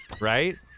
right